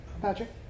Patrick